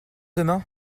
demain